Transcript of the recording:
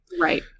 Right